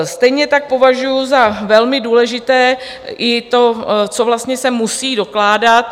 Stejně tak považuji za velmi důležité i to, co vlastně se musí dokládat.